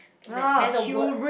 that there's a word